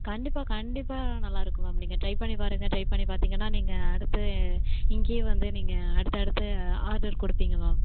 கண்டிப்பாக கண்டிப்பாக நல்லா இருக்கும் மேம் நீங்கள் ட்ரை பண்ணிப் பாருங்கள் ட்ரை பண்ணிப் பார்த்திங்கன்னா நீங்கள் அடுத்து இங்கேயே வந்து நீங்கள் அடுத்து அடுத்து ஆர்டர் கொடுப்பிங்க மேம்